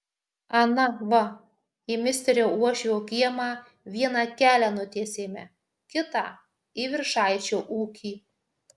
ana va į ministerio uošvio kiemą vieną kelią nutiesėme kitą į viršaičio ūkį